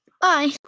Bye